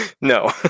No